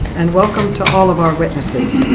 and welcome to all of our witnesses.